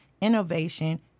innovation